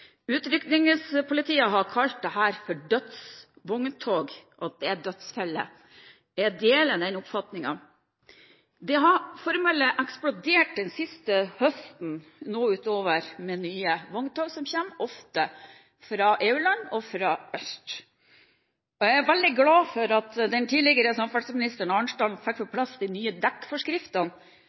Utrykningspolitiet har kalt dette for dødsvogntog, og sier at det er dødsfeller. Jeg deler den oppfatningen. Det har formelig eksplodert utover den siste høsten med nye vogntog som kommer, ofte fra EU-land og fra øst. Jeg er veldig glad for at den tidligere samferdselsministeren, Marit Arnstad, fikk på plass de nye dekkforskriftene,